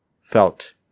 felt